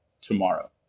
tomorrow